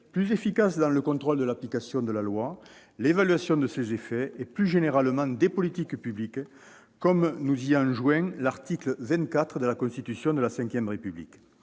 plus efficaces dans le contrôle de l'application de la loi et l'évaluation de ses effets et, plus généralement, des politiques publiques, comme nous y enjoint l'article 24 de la Constitution de la V République.